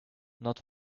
not